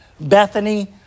Bethany